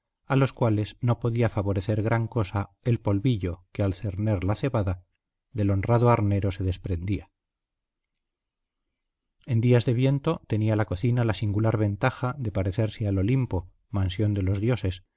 a los cuales no podía favorecer gran cosa el polvillo que al cerner la cebada del honrado harnero se desprendía en días de viento tenía la cocina la singular ventaja de parecerse al olimpo mansión de los dioses